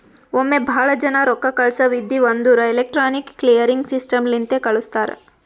ಒಮ್ಮೆ ಭಾಳ ಜನಾ ರೊಕ್ಕಾ ಕಳ್ಸವ್ ಇದ್ಧಿವ್ ಅಂದುರ್ ಎಲೆಕ್ಟ್ರಾನಿಕ್ ಕ್ಲಿಯರಿಂಗ್ ಸಿಸ್ಟಮ್ ಲಿಂತೆ ಕಳುಸ್ತಾರ್